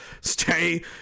stay